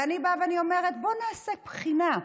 ואני באה ואומרת: בואו נעשה בחינה,